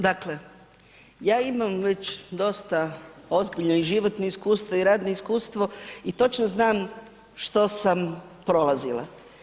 Dakle, ja imam već dosta ozbiljno i životno iskustvo i radno iskustvo i točno znam što sam prolazila.